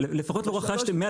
אבל לפחות לא רכשתם.